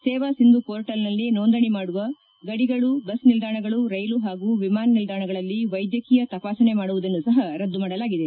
ಸೇವಾ ಸಿಂಧು ಹೋರ್ಟಲ್ನಲ್ಲಿ ನೋಂದಣಿ ಮಾಡುವ ಗಡಿಗಳು ಬಸ್ ನಿಲ್ಲಾಣಗಳು ರೈಲು ಹಾಗೂ ವಿಮಾನ ನಿಲ್ಲಾಣಗಳಲ್ಲಿ ವೈದ್ಯಕೀಯ ತಪಾಸಣೆ ಮಾಡುವುದನ್ನು ಸಹ ರದ್ಗು ಮಾಡಲಾಗಿದೆ